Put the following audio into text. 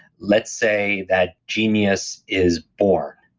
let's say that genius is born,